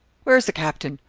where is the captain?